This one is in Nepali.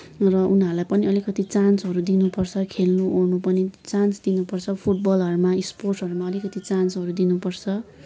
र उनीहरूलाई पनि अलिकति चान्सहरू दिनुपर्छ खेल्नुओर्नु पनि चान्स दिनुपर्छ फुटबलहरूमा स्पोर्टसहरूमा अलिकति चान्सहरू दिनुपर्छ